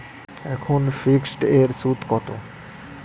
এখন ফিকসড এর সুদ কত?